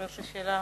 שאלה.